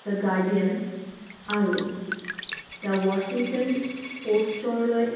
the Guardian আৰু the Washington পষ্টৰলৈ